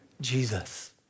Jesus